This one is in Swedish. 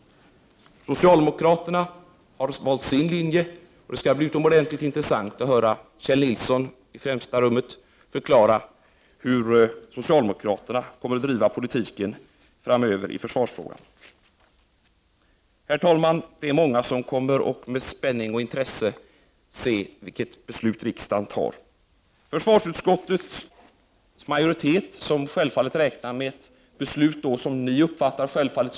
Socialdemokraterna har valt sin linje, och det skall bli utomordentligt intressant att höra främst Kjell Nilsson förklara hur socialdemokraterna kommer att driva politiken i försvarsfrågan framöver. Herr talman! Många kommer med spänning och intresse att se vilket beslut riksdagen kommer att fatta. Försvarsutskottets majoritet räknar självfallet med ett beslut som majori teten uppfattar som positivt.